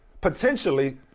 potentially